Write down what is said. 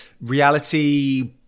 Reality